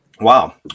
Wow